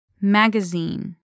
Magazine